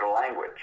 language